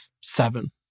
seven